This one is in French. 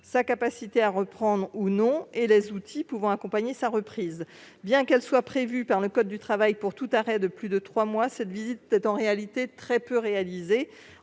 sa capacité à reprendre ou non et les outils pouvant accompagner sa reprise. Bien qu'elle soit prévue par le code du travail pour tout arrêt de plus de trois mois, cette visite est en réalité très peu réalisée.